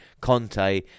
Conte